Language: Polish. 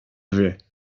ewie